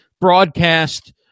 broadcast